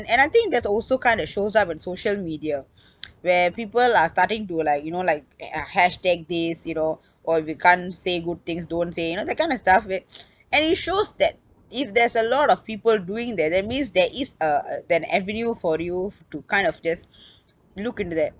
and I think that also kind of shows up on social media where people are starting to like you know like ah hashtag this you know or if you can't say good things don't say you know that kind of stuff which and it shows that if there's a lot of people doing that that means there is a that avenue for you to kind of just look into that